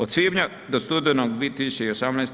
Od svibnja do studenog 2018.